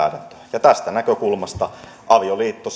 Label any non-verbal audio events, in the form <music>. ja tästä näkökulmasta avioliitto <unintelligible>